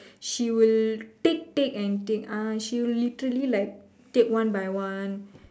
she will take take and take ah she will literally like take one by one